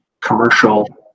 commercial